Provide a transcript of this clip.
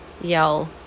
yell